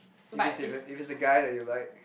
if it's if it's a guy that you like